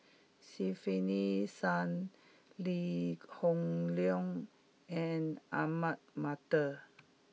Stefanie Sun Lee Hoon Leong and Ahmad Mattar